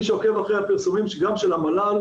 מי שעוקב אחרי הפרסומים גם של המל"ל,